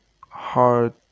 hard